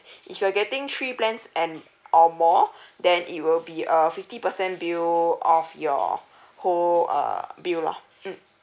if you're getting three plans and or more then it will be a fifty percent bill off your whole err bill lah mm